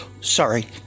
sorry